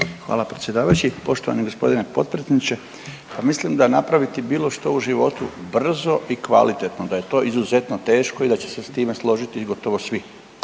Hvala predsjedavajući, poštovani g. potpredsjedniče. Pa mislim da napraviti bilo što u životu brzo i kvalitetno, da je to izuzetno teško i da će se s time složiti i gotovo svi.